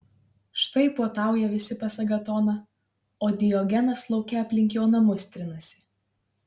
štai puotauja visi pas agatoną o diogenas lauke aplink jo namus trinasi